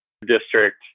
district